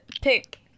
pick